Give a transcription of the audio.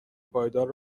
پایدار